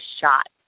shot